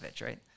right